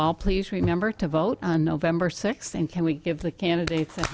all please remember to vote on november sixth and can we give the candidates